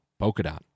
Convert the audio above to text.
Polkadot